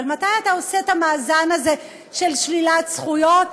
אבל שאתה עושה את המאזן הזה של שלילת זכויות,